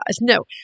No